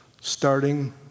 Starting